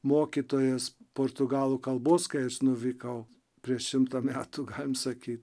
mokytojas portugalų kalbos kai aš nuvykau prieš šimtą metų galim sakyt